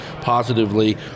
positively